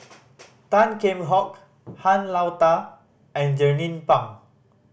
Tan Kheam Hock Han Lao Da and Jernnine Pang